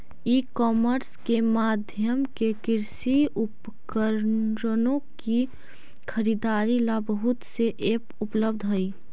ई commerce के माध्यम से कृषि उपकरणों की खरीदारी ला बहुत से ऐप उपलब्ध हई